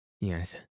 Yes